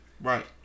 Right